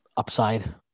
upside